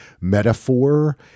metaphor